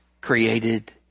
created